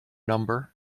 number